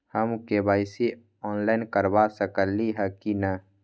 हम KYC online करवा सकली ह कि न?